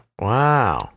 Wow